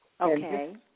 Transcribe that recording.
Okay